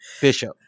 Bishop